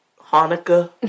Hanukkah